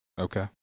Okay